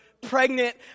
pregnant